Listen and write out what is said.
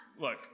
look